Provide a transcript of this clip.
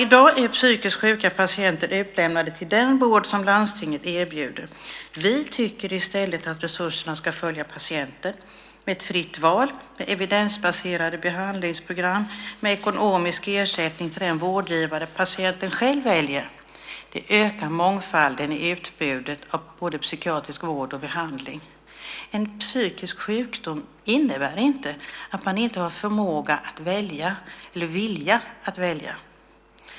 I dag är psykiskt sjuka patienter utlämnade till den vård som landstinget erbjuder. Vi anser att resurserna i stället ska följa patienten. Med ett system med fritt val av evidensbaserade behandlingsprogram, där den ekonomiska ersättningen går till den vårdgivare som patienten själv väljer, ökar mångfalden i utbudet av både psykiatrisk vård och behandling. En psykisk sjukdom innebär inte att man inte har förmåga att välja eller en vilja att välja.